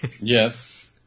Yes